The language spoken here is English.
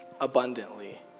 abundantly